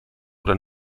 oder